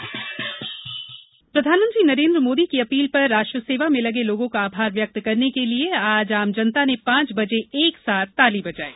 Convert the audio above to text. PM appeal प्रधानमंत्री नरेंद्र मोदी की appeal पर राष्ट्र सेवा में लगे लोगों का आभार व्यक्त करने के लिए आज आम जनता ने पांच बजे एक साथ ताली बजाई